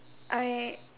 I